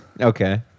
Okay